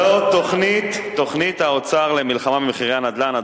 וזאת תוכנית האוצר למלחמה במחירי הנדל"ן,